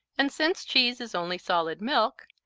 and since cheese is only solid milk,